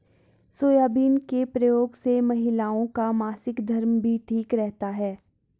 soybean के प्रयोग से महिलाओं का मासिक धर्म भी ठीक रहता है